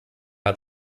hat